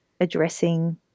addressing